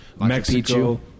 Mexico